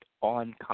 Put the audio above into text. on